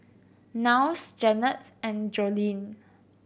Niles Jannette and Joleen